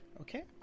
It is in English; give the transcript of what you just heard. Okay